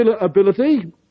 ability